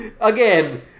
Again